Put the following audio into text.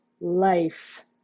life